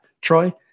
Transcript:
Troy